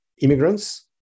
immigrants